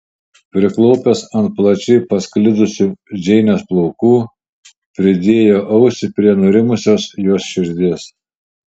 priklaupęs ant plačiai pasklidusių džeinės plaukų pridėjo ausį prie nurimusios jos širdies